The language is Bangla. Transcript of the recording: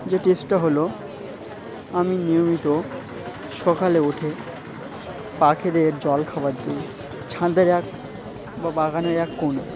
যে টিপসটা হলো আমি নিয়মিত সকালে উঠে পাখিদের জল খাবার দিই ছাদের এক বা বাগানের এক কোণে